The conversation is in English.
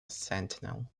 sentinel